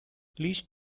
least